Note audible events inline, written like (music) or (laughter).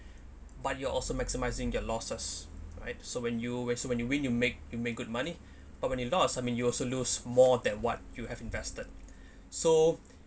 (breath) but you're also maximising your losses right so when you eh so when you win you make you make good money (breath) but when you lost I mean you also lose more than what you have invested (breath) so